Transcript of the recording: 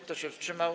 Kto się wstrzymał?